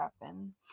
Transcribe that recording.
happen